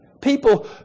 People